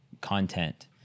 content